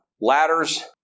Ladders